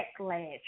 backlash